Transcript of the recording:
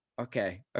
Okay